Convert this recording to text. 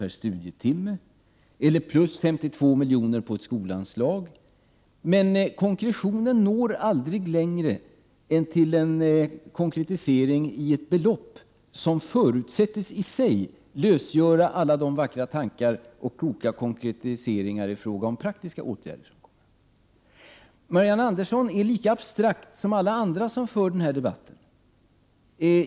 per studietimme, eller plus 52 milj.kr. på ett skolanslag, men konkretio nen når aldrig längre än till ett konkret belopp, som förutsättes i sig lösgöra de vackra tankar och de kloka konkretiseringar i fråga om praktiska åtgärder som önskas. Marianne Andersson är lika abstrakt som alla andra som för en sådan debatt.